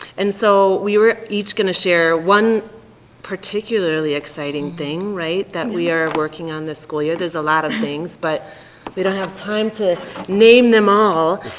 and so, we were each gonna share one particularly exciting thing, right, that we are working on this school year. there's a lot of things but we don't have time to name them all.